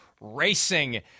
racing